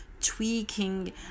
tweaking